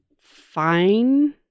fine